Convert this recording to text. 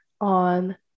on